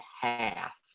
half